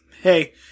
Hey